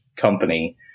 company